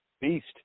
beast